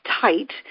tight